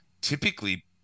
typically